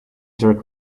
jerk